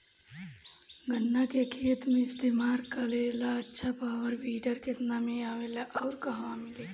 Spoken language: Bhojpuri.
गन्ना के खेत में इस्तेमाल करेला अच्छा पावल वीडर केतना में आवेला अउर कहवा मिली?